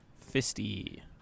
Fisty